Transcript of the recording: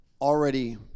already